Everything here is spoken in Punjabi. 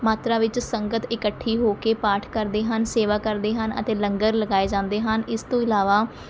ਮਾਤਰਾ ਵਿੱਚ ਸੰਗਤ ਇਕੱਠੀ ਹੋ ਕੇ ਪਾਠ ਕਰਦੇ ਹਨ ਸੇਵਾ ਕਰਦੇ ਹਨ ਅਤੇ ਲੰਗਰ ਲਗਾਏ ਜਾਂਦੇ ਹਨ ਇਸ ਤੋਂ ਇਲਾਵਾ